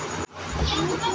गंधी बग कीट के का फायदा बा?